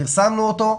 פרסמנו אותו,